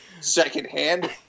secondhand